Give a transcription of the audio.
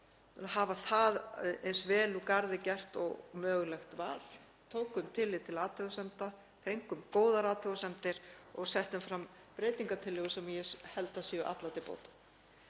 hafa það eins vel úr garði gert og mögulegt var, tókum tillit til athugasemda, fengum góðar athugasemdir og settum fram breytingartillögur sem ég held að séu allar til bóta.